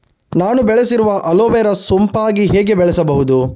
ನಾನು ಬೆಳೆಸಿರುವ ಅಲೋವೆರಾ ಸೋಂಪಾಗಿ ಹೇಗೆ ಬೆಳೆಸಬಹುದು?